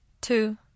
two